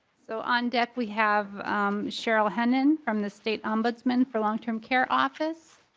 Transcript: so on deck we have cheryl henning from the state ombudsman for long-term care office.